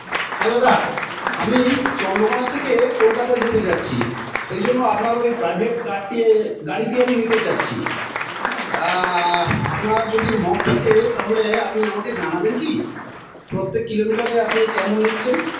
হ্যাঁ দাদা আমি চন্দ্রকোণা থেকে কলকাতা যেতে চাচ্ছি সেইজন্য আপনার ওই প্রাইভেট কারটি গাড়িটি আমি নিতে চাচ্ছি আপনার যদি মত থাকে তাহলে আপনি আমাকে জানাবেন কি প্রত্যেক কিলোমিটারে আপনি কেমন নিচ্ছেন